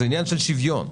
זה עניין של שוויון.